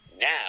now